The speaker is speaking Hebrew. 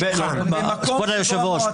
כבוד היושב-ראש,